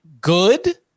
good